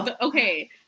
Okay